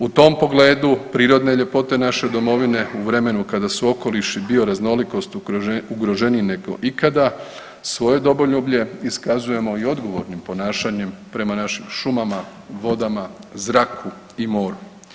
U tom pogledu, prirodne ljepote naše domovine u vremenu kada su okoliš i bioraznolikost ugroženiji nego ikada, svoje domoljublje iskazujemo i odgovornim ponašanjem prema našim šumama, vodama, zraku i moru.